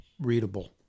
readable